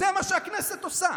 זה מה שהכנסת עושה.